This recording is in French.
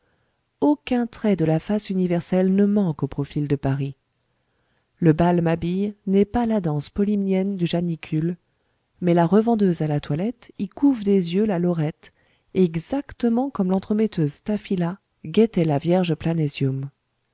aucun trait de la face universelle ne manque au profil de paris le bal mabille n'est pas la danse polymnienne du janicule mais la revendeuse à la toilette y couve des yeux la lorette exactement comme l'entremetteuse staphyla guettait la vierge